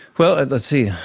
well, and let's see,